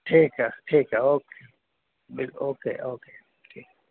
ٹھیک ہے ٹھیک ہے اوکے بل اوکے اوکے ٹھیک